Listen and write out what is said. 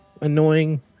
annoying